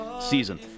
season